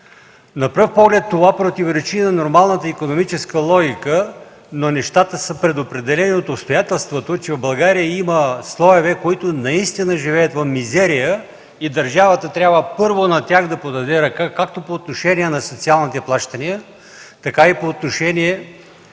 На пръв поглед това противоречи на нормалната икономическа логика, но нещата са предопределени от обстоятелството, че в България има слоеве, които наистина живеят в мизерия и държавата трябва първо на тях да подаде ръка както по отношение на социалните плащания, така и по отношение